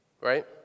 right